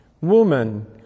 Woman